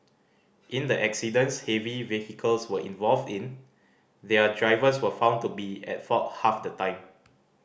in the accidents heavy vehicles were involved in their drivers were found to be at fault half the time